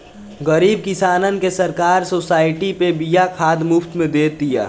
गरीब किसानन के सरकार सोसाइटी पे बिया खाद मुफ्त में दे तिया